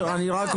אני ואיציק,